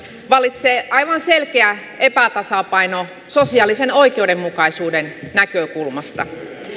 vallitsee aivan selkeä epätasapaino sosiaalisen oikeudenmukaisuuden näkökulmasta